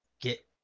get